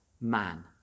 man